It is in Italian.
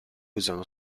usano